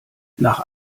nach